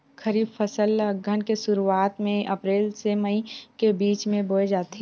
खरीफ फसल ला अघ्घन के शुरुआत में, अप्रेल से मई के बिच में बोए जाथे